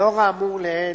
לאור האמור לעיל,